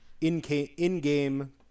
in-game